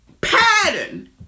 pattern